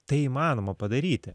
tai įmanoma padaryti